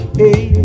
hey